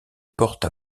porte